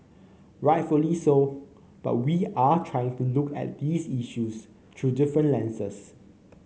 rightfully so but we are trying to look at these issues through different lenses